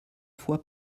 fois